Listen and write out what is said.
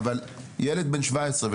ילד בן שבע עשרה.